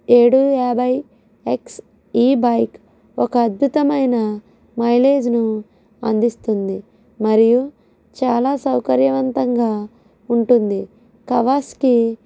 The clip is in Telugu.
ఏడు యాభై ఎక్స్ ఈ బైక్ ఒక అద్భుతమైన మైలేజ్ ను అందిస్తుంది మరియు చాలా సౌకర్యవంతంగా ఉంటుంది కవాసకి